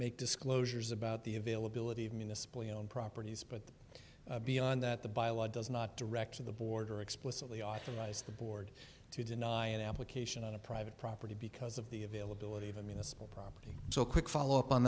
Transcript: make disclosures about the availability of municipal you own properties but beyond that the by law does not directly the border explicitly authorize the board to deny an application on a private property because of the availability of a municipal property so quick follow up on